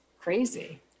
crazy